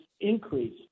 increase